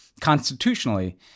constitutionally